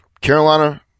Carolina –